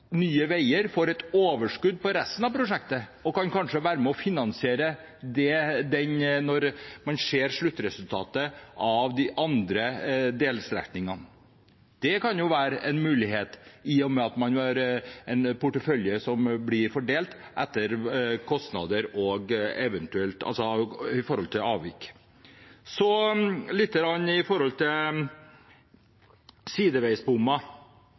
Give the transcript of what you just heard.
Nye Veier får et overskudd på resten av prosjektet og kanskje kan være med og finansiere det når man ser sluttresultatet av de andre delstrekningene. Det kan være en mulighet, i og med at man har en portefølje som blir fordelt ut ifra avvik. Litt om sideveisbommer: Det opprinnelige forslaget var at man skulle ha sideveisbommer på hele strekningen. I